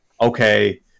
okay